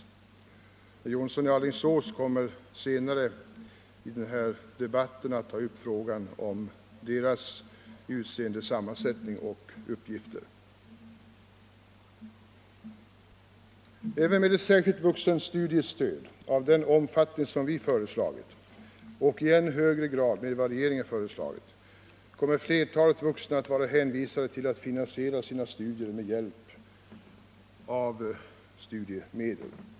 Herr Jonsson i Alingsås kommer senare i denna debatt att ta upp frågan om dessa nämnders sammansättning och uppgifter. Även med ett särskilt vuxenstudiestöd av den omfattning som vi föreslagit — och i än högre grad med vad regeringen föreslagit — kommer flertalet vuxna att vara hänvisade till att finansiera sina studier med hjälp av studiemedel.